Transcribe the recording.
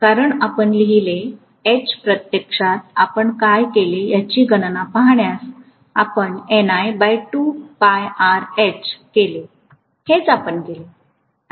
कारण आपण लिहिले H प्रत्यक्षात आपण काय केले याची गणना पाहिल्यास आपण h केले हेच आपण केले